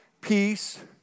peace